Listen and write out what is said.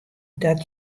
dat